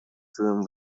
своем